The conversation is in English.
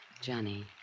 Johnny